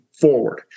forward